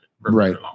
Right